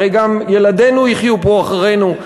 הרי גם ילדינו יחיו פה אחרינו,